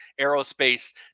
aerospace